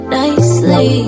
nicely